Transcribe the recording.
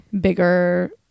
bigger